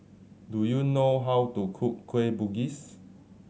do you know how to cook Kueh Bugis